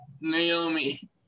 Naomi